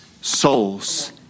souls